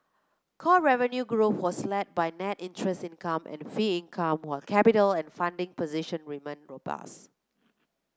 core revenue growth was led by net interest income and fee income while capital and funding position remain robust